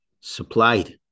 supplied